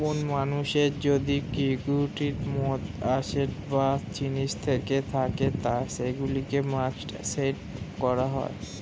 কোন মানুষের যদি সিকিউরিটির মত অ্যাসেট বা জিনিস থেকে থাকে সেগুলোকে মার্কেটে ট্রেড করা হয়